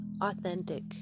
authentic